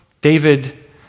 David